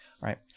Right